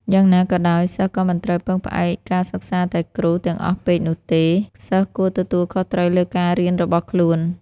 យ៉ាងណាក៏ដោយសិស្សក៏មិនត្រូវពឹងផ្អែកការសិក្សាតែគ្រូទាំងអស់ពេកនោះទេ សិស្សគួរទទួលខុសត្រូវលើការរៀនរបស់ខ្លួន។